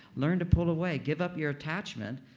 learn to pull away. give up your attachment